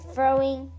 throwing